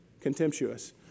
contemptuous